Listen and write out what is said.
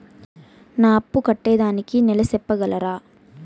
నా అప్పు కట్టేదానికి నెల సెప్పగలరా?